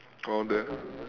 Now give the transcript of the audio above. around there